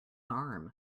arm